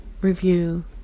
review